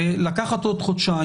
לקחת עוד חודשיים,